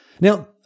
Now